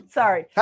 sorry